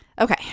Okay